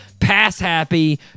pass-happy